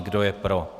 Kdo je pro?